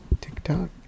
TikTok